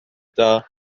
gyda